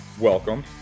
welcome